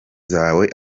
zawe